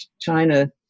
china